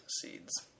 seeds